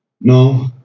No